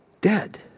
Dead